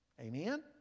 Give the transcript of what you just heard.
Amen